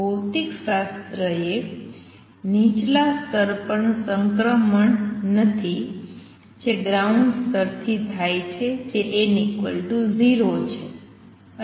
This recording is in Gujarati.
ભૌતિકશાસ્ત્ર એ નીચલા સ્તર પર ટ્રાંઝીસન નથી જે ગ્રાઉન્ડ સ્તરથી થાય છે જે n 0 છે